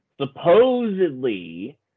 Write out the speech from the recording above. Supposedly